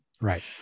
Right